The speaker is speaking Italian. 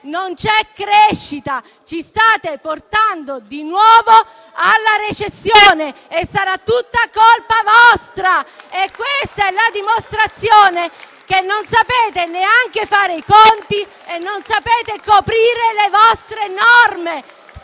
non c'è crescita. Ci state portando di nuovo alla recessione e sarà tutta colpa vostra. Questa è la dimostrazione che non sapete neanche fare i conti e coprire le vostre norme.